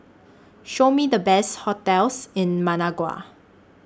Show Me The Best hotels in Managua